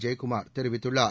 ஜெயக்குமார் தெரிவித்துள்ளார்